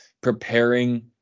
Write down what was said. preparing